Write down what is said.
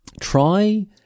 Try